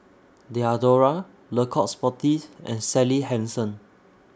Diadora Le Coq Sportif and Sally Hansen